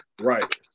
Right